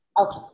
okay